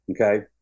Okay